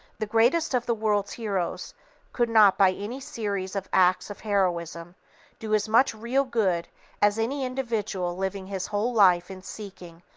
the greatest of the world's heroes could not by any series of acts of heroism do as much real good as any individual living his whole life in seeking,